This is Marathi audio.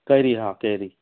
कैरी हां कैरी